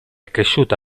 cresciuta